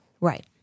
Right